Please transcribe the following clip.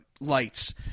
lights